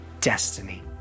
destiny